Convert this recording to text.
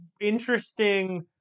interesting